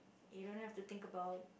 you don't have to think about